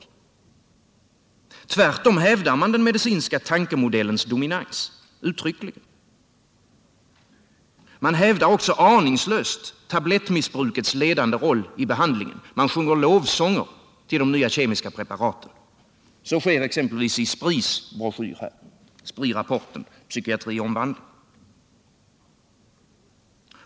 Tvärtom hävdar man uttryckligen den medicinska tankemodellens dominans. Man hävdar också aningslöst tablettmissbrukets ledande roll vid behandlingen. Man sjunger lovsånger till de nya kemiska preparaten, som sker i exempelvis Spris broschyr, Psykiatriomvandling.